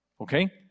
Okay